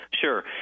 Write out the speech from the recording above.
Sure